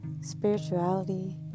spirituality